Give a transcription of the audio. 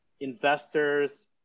investors